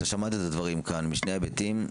אתה שמעת את הדברים כאן, משני היבטים.